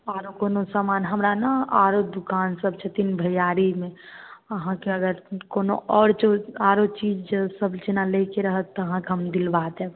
आओरो कोनो समान हमरा ने दुकान सब छथिन तीन भैआरी मे आहाँकेँ अगर कोनो आओर चु आरो चीज सब जेना लयकेँ रहत तऽ अहाँकेँ हम दिलबा देब